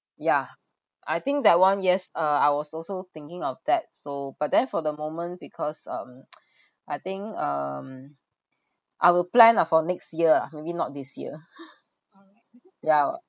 yeah I think that one yes uh I was also thinking of that so but then for the moment because um I think um I will plan lah for next year ah maybe not this year yeah